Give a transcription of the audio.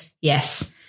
Yes